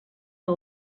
que